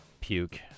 Puke